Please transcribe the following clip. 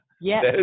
Yes